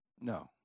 No